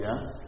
yes